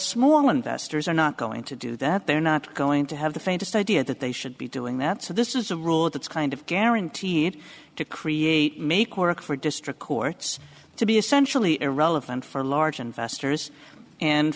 small investors are not going to do that they're not going to have the faintest idea that they should be doing that so this is a rule that's kind of guaranteed to create make work for district courts to be essentially irrelevant for large investors and